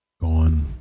Gone